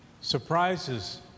Surprises